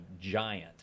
giant